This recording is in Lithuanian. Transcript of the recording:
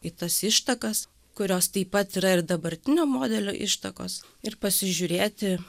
į tas ištakas kurios taip pat yra ir dabartinio modelio ištakos ir pasižiūrėti